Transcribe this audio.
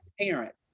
Parent